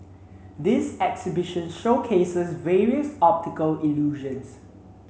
this exhibition showcases various optical illusions